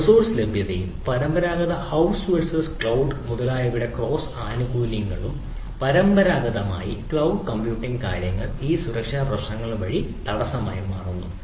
resource ലഭ്യതയും പരമ്പരാഗത house versus cloud മുതലായവയുടെ ക്രോസ് ആനുകൂല്യങ്ങളും പരമ്പരാഗതമായി ക്ലൌഡ് കമ്പ്യൂട്ടിംഗ് കാര്യങ്ങൾ വരെ ഈ സുരക്ഷാ പ്രശ്നങ്ങൾ ഒരു പ്രധാന തടസ്സമായി മാറുന്നു